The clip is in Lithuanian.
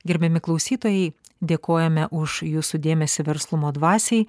gerbiami klausytojai dėkojame už jūsų dėmesį verslumo dvasiai